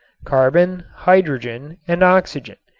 carbon, hydrogen and oxygen,